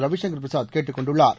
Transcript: ரவிசங்கா் பிரசாத்கேட்டுக் கொண்டுள்ளாா்